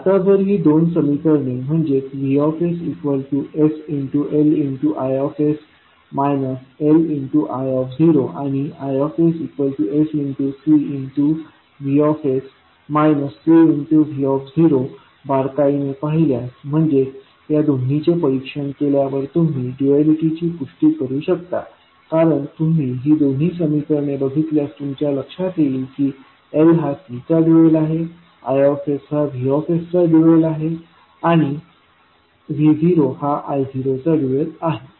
आता जर ही दोन समीकरणे म्हणजेच VssLIs Li0 आणि IssCVs Cv0 बारकाईने पाहिल्यास म्हणजेच या दोन्हीचे निरीक्षण केल्यावर तुम्ही डूऐलिटी ची पुष्टी करू शकता कारण तुम्ही ही दोन्ही समीकरणे बघितल्यास तुमच्या लक्षात येईल की L हा C चा डूएल आहे I हा V चा डूएल आहे आणि v0 हा i0 चा डूएल आहे